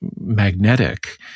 magnetic